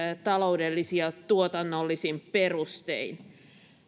taloudellisin ja tuotannollisin perustein